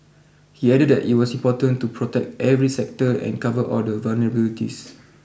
he added that it was important to protect every sector and cover all the vulnerabilities